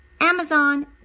Amazon